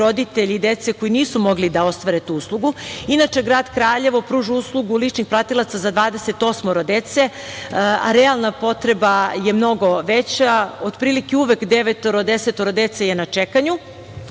roditelji dece koji nisu mogli da ostvare tu uslugu. Inače, grad Kraljevo pruža uslugu ličnih pratilaca za 28. dece, a realna potreba je mnogo veća, otprilike uvek devetoro, desetoro dece je na čekanju.